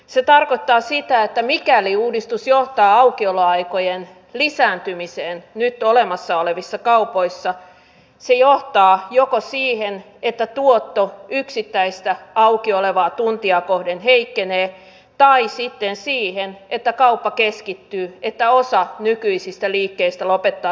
se tarkoittaa sitä että mikäli uudistus johtaa aukioloaikojen lisääntymiseen nyt olemassa olevissa kaupoissa se johtaa joko siihen että tuotto yksittäistä aukiolotuntia kohden heikkenee tai sitten siihen että kauppa keskittyy että osa nykyisistä liikkeistä lopettaa toimintansa